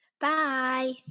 Bye